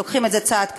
לוקחים את זה צעד קדימה,